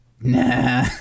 nah